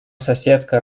соседка